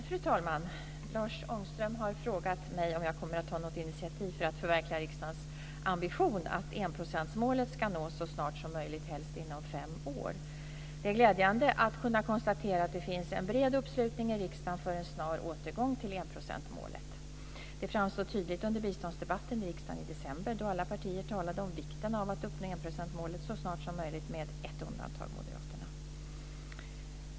Fru talman! Lars Ångström har frågat mig om jag kommer att ta något initiativ för att förverkliga riksdagens ambition att enprocentsmålet ska nås så snart som möjligt, helst inom fem år. Det är glädjande att kunna konstatera att det finns en bred uppslutning i riksdagen för en snar återgång till enprocentsmålet. Det framstod tydligt under biståndsdebatten i riksdagen i december, då alla partier talade om vikten av att uppnå enprocentsmålet så snart som möjligt, med ett undantag - Moderaterna.